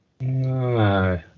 No